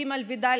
ג' וד',